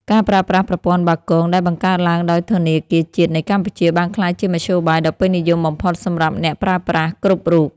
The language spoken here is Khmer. ការប្រើប្រាស់ប្រព័ន្ធបាគងដែលបង្កើតឡើងដោយធនាគារជាតិនៃកម្ពុជាបានក្លាយជាមធ្យោបាយដ៏ពេញនិយមបំផុតសម្រាប់អ្នកប្រើប្រាស់គ្រប់រូប។